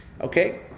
Okay